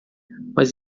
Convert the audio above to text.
mas